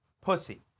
Pussy